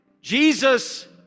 Jesus